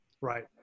Right